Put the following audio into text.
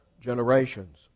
generations